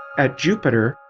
at jupiter,